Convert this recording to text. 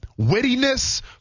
wittiness